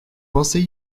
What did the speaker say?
pensez